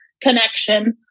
connection